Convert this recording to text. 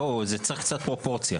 בואו, צריך קצת פרופורציה.